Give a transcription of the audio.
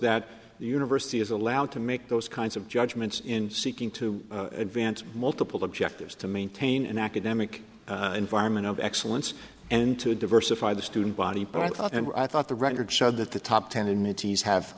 the university is allowed to make those kinds of judgments in seeking to advance multiple objectives to maintain an academic environment of excellence and to diversify the student body but i thought and i thought the record showed that the top ten